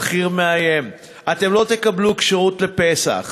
הבכיר מאיים: אתם לא תקבלו כשרות לפסח.